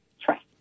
Trust